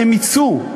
הם יצאו,